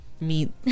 meet